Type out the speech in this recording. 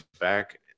back